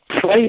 play